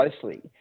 closely